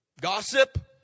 Gossip